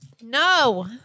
no